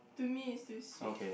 to me is still sweet